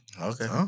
Okay